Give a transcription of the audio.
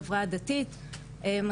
אנחנו פחות מדברים עליה.